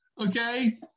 okay